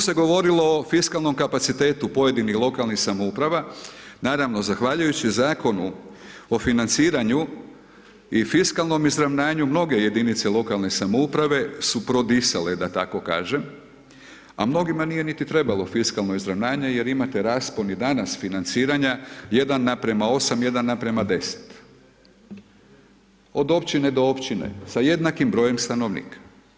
Puno se govorilo o fiskalnom kapacitetu pojedinih lokalnih samouprava naravno zahvaljujući Zakonu o financiranju i fiskalnom izravnanju mnoge jedinice lokalne samouprave su prodisale, da tako kažem, a mnogima nije niti trebalo fiskalno izravnanje jer imate raspon i danas financiranja 1:8 1:10, od općine do općine sa jednakim brojem stanovnika.